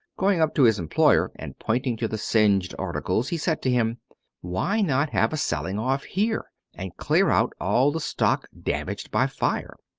going up to his employer, and pointing to the singed articles, he said to him why not have a selling off here, and clear out all the stock damaged by fire?